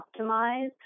optimize